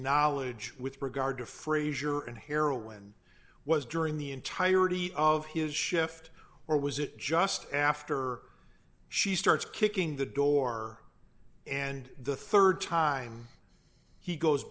knowledge with regard to frazier and heroin was during the entirety of his shift or was it just after she starts kicking the door and the rd time he goes